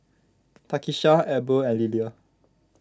Takisha Eber and Lillia